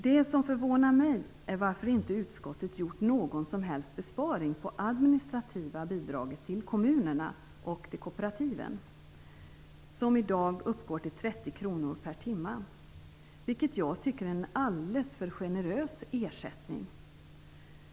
Det som förvånar mig är att utskottet inte gjort någon som helst besparing på det administrativa bidraget till kommunerna och till kooperativen, som i dag uppgår till 30 kr per timma, vilket jag tycker är en alldeles för generös ersättning.